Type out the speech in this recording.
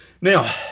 Now